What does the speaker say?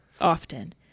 often